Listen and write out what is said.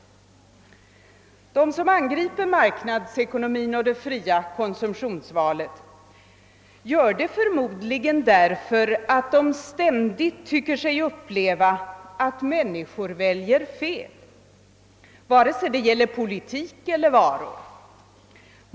De som angriper marknadsekonomin och det fria konsumtionsvalet gör det förmodligen därför att de ständigt tycker sig uppleva att människor väljer fel vare sig det gäller politik eller varor.